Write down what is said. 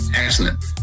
Excellent